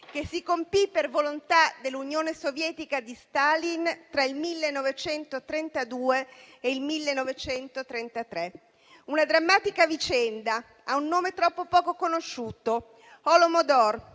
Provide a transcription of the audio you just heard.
che si compì per volontà dell'Unione Sovietica di Stalin tra il 1932 e il 1933. Una drammatica vicenda che ha un nome troppo poco conosciuto, Holomodor,